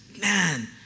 man